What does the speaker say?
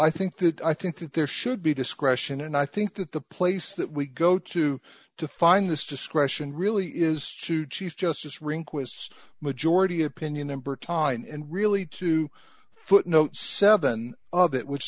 i think that i think that there should be discretion and i think that the place that we go to to find this discretion really is to chief justice rehnquist's majority opinion number time and really to footnote seven of it which